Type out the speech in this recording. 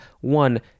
One